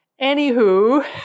Anywho